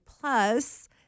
plus